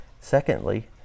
Secondly